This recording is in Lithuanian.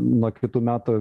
nuo kitų metų